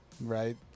Right